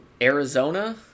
Arizona